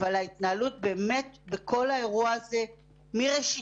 אבל ההתנהלות באמת בכל האירוע הזה מראשיתו,